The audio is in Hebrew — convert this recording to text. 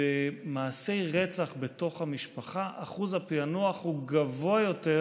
שבמעשי רצח בתוך המשפחה אחוז הפענוח גבוה יותר